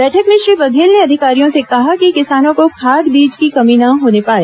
बैठक में श्री बघेल ने अधिकारियों से कहा कि किसानों को खाद बीज की कमी न होने पाए